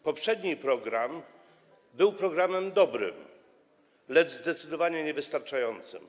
Poprzedni program był programem dobrym, lecz zdecydowanie niewystarczającym.